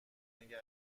نگه